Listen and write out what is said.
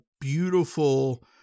beautiful